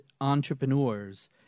entrepreneurs